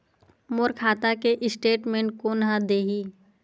मोर खाता के स्टेटमेंट कोन ह देही?